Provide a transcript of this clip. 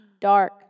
dark